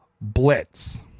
Blitz